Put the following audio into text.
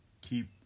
keep